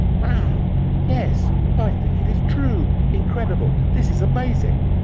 wow, yes, i think it is true. incredible. this is amazing.